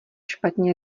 špatně